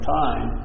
time